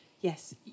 Yes